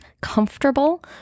comfortable